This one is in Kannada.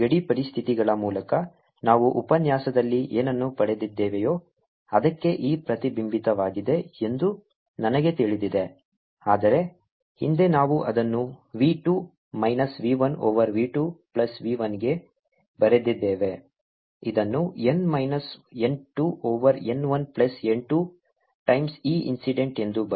ಗಡಿ ಪರಿಸ್ಥಿತಿಗಳ ಮೂಲಕ ನಾವು ಉಪನ್ಯಾಸದಲ್ಲಿ ಏನನ್ನು ಪಡೆದಿದ್ದೇವೆಯೋ ಅದಕ್ಕೆ E ಪ್ರತಿಬಿಂಬಿತವಾಗಿದೆ ಎಂದು ನನಗೆ ತಿಳಿದಿದೆ ಆದರೆ ಹಿಂದೆ ನಾವು ಅದನ್ನು v 2 minus v 1 over v 2 plus v 1 ಗೆ ಬರೆದಿದ್ದೇವೆ ಇದನ್ನು n 1 minus n 2 over n 1 plus n 2 times E incident ಎಂದು ಬರೆಯಬಹುದು